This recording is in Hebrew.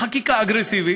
חקיקה אגרסיבית,